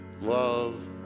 love